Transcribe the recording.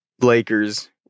Lakers